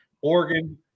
Oregon